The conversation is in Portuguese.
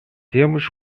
temos